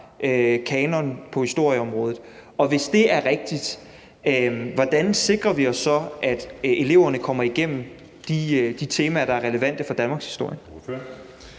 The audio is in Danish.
kanon på historieområdet? Og hvis det er rigtigt, hvordan sikrer vi os så, at eleverne kommer igennem de temaer, der er relevante for danmarkshistorien?